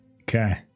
Okay